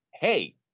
Hey